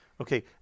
Okay